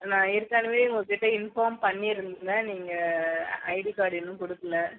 நான் ஏற்கனவே உங்கள்கிட்ட இன்ஃபார்ம் பண்ணிருந்தேன் நீங்கள் ஐடி கார்ட் இன்னும் கொடுக்கல